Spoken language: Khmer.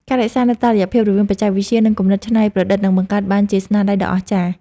ការរក្សានូវតុល្យភាពរវាងបច្ចេកវិទ្យា និង គំនិតច្នៃប្រឌិតនឹងបង្កើតបានជាស្នាដៃដ៏អស្ចារ្យ។